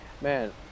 man